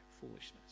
foolishness